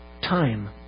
time